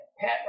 Pat